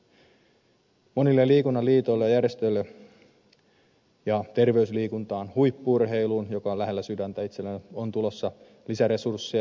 monille liikuntaliitoille ja järjestöille ja terveysliikuntaan huippu urheiluun joka on lähellä sydäntä itselleni on tulossa lisäresursseja